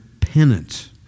penance